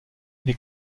les